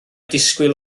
disgwyl